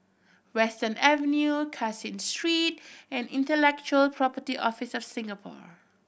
Western Avenue Caseen Street and Intellectual Property Office of Singapore